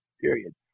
Period